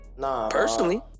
personally